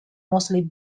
mostly